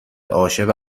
عاشق